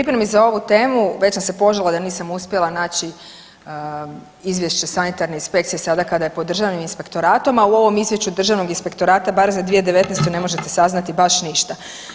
U pripremi za ovu temu već sam se požalila da nisam uspjela naći izvješće sanitarne inspekcije sada kada je pod državnim inspektoratom, a u ovom izvješću državnog inspektorata bar za 2019. ne možete saznati baš ništa.